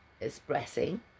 expressing